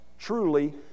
truly